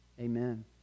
Amen